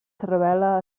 revela